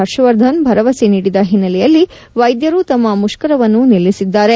ಹರ್ಷವರ್ಧನ್ ಭರವಸೆ ನೀಡಿದ ಹಿನ್ನೆಲೆಯಲ್ಲಿ ವೈದ್ಯರು ತಮ್ಮ ಮುಷ್ಕರವನ್ನು ನಿಲ್ಲಿಸಿದ್ದಾರೆ